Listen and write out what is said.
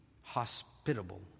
hospitable